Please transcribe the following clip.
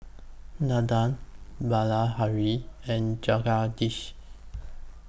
Nandan Bilahari and Jagadish